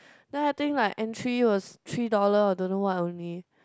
now I think like entry was three dollar or don't know what only